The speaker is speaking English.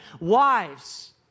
Wives